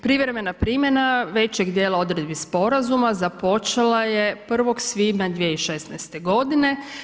Privremena primjena većeg dijela odredbi sporazuma započela je 1. svibnja 2016. godine.